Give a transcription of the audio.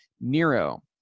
Nero